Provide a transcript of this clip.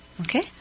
Okay